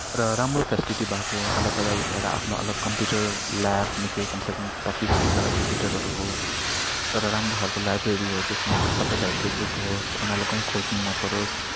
र राम्रो फेसिलिटी भएको अलग अलग एउटा आफ्नो अलग कम्प्युटर ल्याब निकै कमसेकम पच्चिस तिसवटा कम्प्युटरहरू होस् एउटा राम्रो खालको लाइब्रेरी होस् जसमा चाहिँ सबै टाइपको बुक होस् उनीहरूले काहीँ खोज्नु नपरोस्